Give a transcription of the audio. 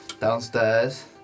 downstairs